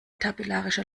tabellarischer